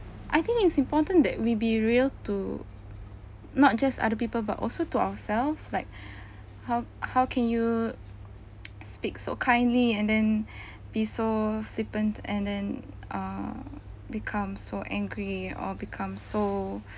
I think it's important that we be real to not just other people but also to ourselves like how how can you speak so kindly and then be so flippant and then err become so angry or become so